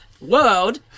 world